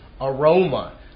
aroma